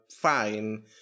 fine